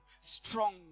strong